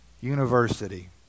university